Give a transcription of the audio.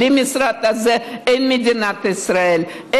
שבלי המשרד הזה אין מדינת ישראל,